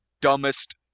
dumbest